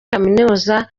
kaminuza